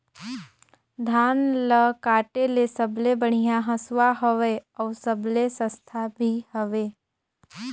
धान ल काटे के सबले बढ़िया हंसुवा हवये? अउ सबले सस्ता भी हवे?